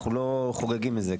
אנחנו לא חוגגים את זה.